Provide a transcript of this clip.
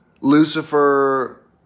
Lucifer